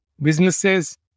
businesses